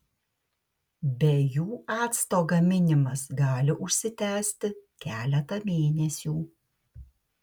be jų acto gaminimas gali užsitęsti keletą mėnesių